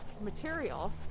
material